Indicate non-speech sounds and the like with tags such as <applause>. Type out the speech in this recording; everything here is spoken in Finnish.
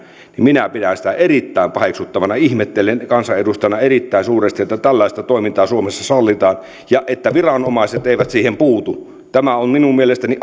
minä pidän sitä erittäin paheksuttavana ihmettelen kansanedustajana erittäin suuresti että tällaista toimintaa suomessa sallitaan ja että viranomaiset eivät siihen puutu tämä on minun mielestäni <unintelligible>